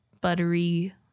buttery